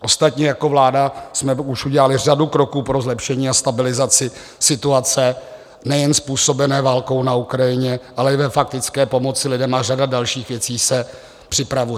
Ostatně jako vláda jsme už udělali řadu kroků pro zlepšení a stabilizaci situace, nejen způsobené válkou na Ukrajině, ale i ve faktické pomoci lidem a řada dalších věcí se připravuje.